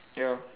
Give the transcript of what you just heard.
ya